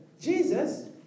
Jesus